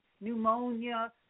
pneumonia